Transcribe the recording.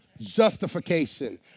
justification